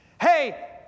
Hey